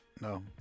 no